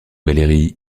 valérie